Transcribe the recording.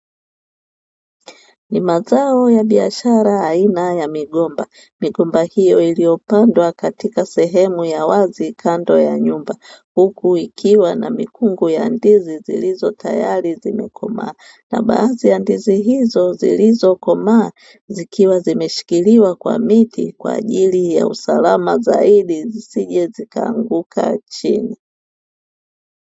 Ni mazao ya biashara aina ya migomba, Migomba hiyo iliyo pandwa katika sehemu ya wazi kando ya nyumba. Huku ikiwa na mikungu ya ndizi zilizo tayari zimekomaa, na baadhi ya ndizi hizo zilizo komaa zikiwa zimeshikiliwa kwa miti, kwa ajili ya usalama zaidi zisije zikaanguka chini.